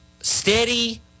steady